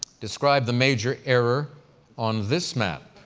describe the major error on this map.